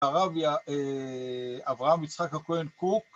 הרב י... אה, אברהם יצחק הכהן קוק